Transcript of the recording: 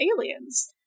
aliens